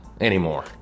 anymore